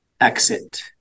exit